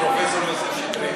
ונדמה לי פרופסור יוסף שטרית.